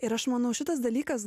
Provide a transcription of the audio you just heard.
ir aš manau šitas dalykas